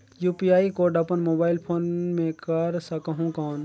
UPI code अपन mobile phone मे कर सकहुं कौन?